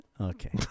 Okay